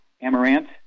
amaranth